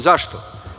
Zašto?